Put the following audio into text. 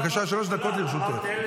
בבקשה, שלוש דקות לרשותך.